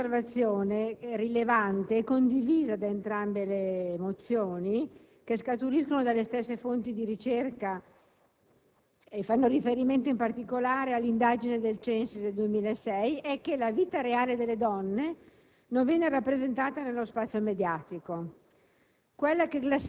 La prima osservazione rilevante e condivisa da entrambe le mozioni, che scaturiscono dalle stesse fonti di ricerca e fanno riferimento, in particolare, all'indagine del CENSIS 2006, è che la vita reale delle donne non viene rappresentata nello spazio mediatico.